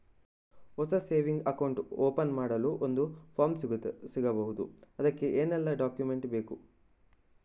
ಹೊಸ saving account open ಮಾಡಲು ಒಂದು ಫಾರ್ಮ್ ಸಿಗಬಹುದು? ಅದಕ್ಕೆ ಏನೆಲ್ಲಾ ಡಾಕ್ಯುಮೆಂಟ್ಸ್ ಬೇಕು?